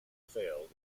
failed